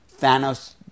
Thanos